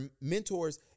mentors